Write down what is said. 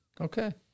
Okay